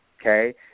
okay